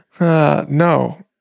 No